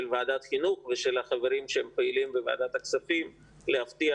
של ועדת החינוך ושל החברים הפעילים בוועדת הכספים להבטיח